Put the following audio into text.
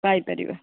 ପାଇପାରିବା